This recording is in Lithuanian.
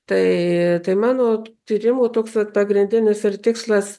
tai tai mano tyrimų toks ir pagrindinis ir tikslas